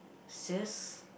sales